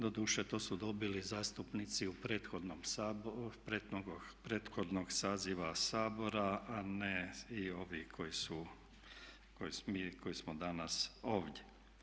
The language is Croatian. Doduše to su dobili zastupnici prethodnog saziva Sabora a ne i ovi koji su, mi koji smo danas ovdje.